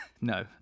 no